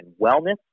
wellness